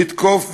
לתקוף ולפשוע.